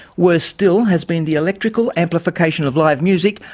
worse still has been the electrical amplification of live music,